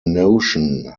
notion